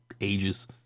ages